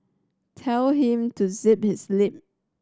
tell him to zip his lip